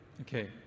Okay